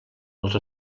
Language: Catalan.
els